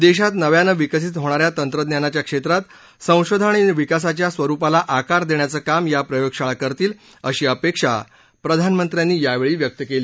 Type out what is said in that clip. देशात नव्यानं विकसित होणाऱ्या तंत्रज्ञानाच्या क्षेत्रात संशोधन आणि विकासाच्या स्वरुपाला आकार देण्याचं काम या प्रयोगशाळा करतील अशी अपेक्षा प्रधानमंत्र्यांनी यावेळी व्यक्त केली